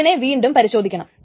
അതിനെ വീണ്ടും പരിശോധിക്കണം